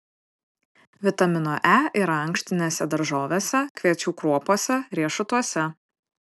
vitamino e yra ankštinėse daržovėse kviečių kruopose riešutuose